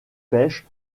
pêche